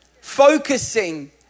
focusing